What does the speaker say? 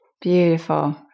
Beautiful